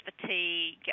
fatigue